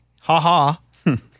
ha-ha